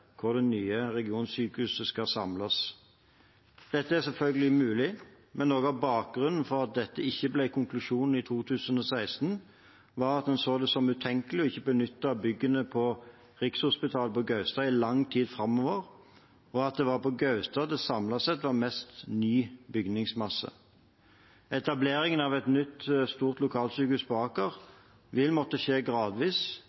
hvor det nye regionsykehuset skal samles. Dette er selvfølgelig mulig, men noe av bakgrunnen for at dette ikke ble konklusjonen i 2016, var at vi så det som utenkelig å ikke benytte byggene på Rikshospitalet på Gaustad i lang tid framover, og at det samlet sett var på Gaustad det var mest ny bygningsmasse. Etableringen av et nytt stort lokalsykehus på